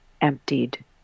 emptied